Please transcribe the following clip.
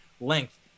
length